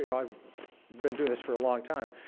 you know i've been doing this for a long time,